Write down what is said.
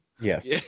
Yes